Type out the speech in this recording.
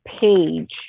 page